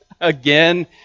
again